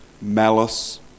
Malice